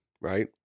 right